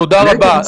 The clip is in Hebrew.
תודה רבה.